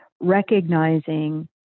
recognizing